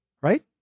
right